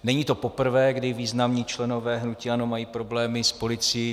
Není to poprvé, kdy významní členové hnutí ANO mají problémy s policií.